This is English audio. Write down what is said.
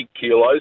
kilos